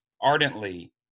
ardently